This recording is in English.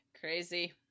Crazy